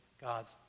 God's